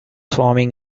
swarming